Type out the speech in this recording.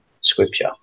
scripture